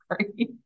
sorry